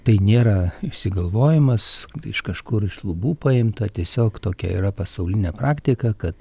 tai nėra išsigalvojimas iš kažkur iš lubų paimta tiesiog tokia yra pasaulinė praktika kad